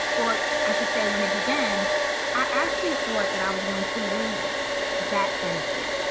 or i should say when it began, i actually thought that i was going to lose that benefit.